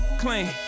Clean